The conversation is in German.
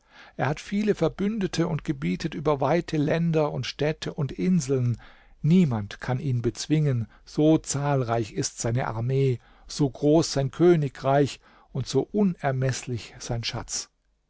er hat viele verbündete und gebietet über weite länder und städte und inseln niemand kann ihn bezwingen so zahlreich ist seine armee so groß sein königreich und so unermeßlich sein schatz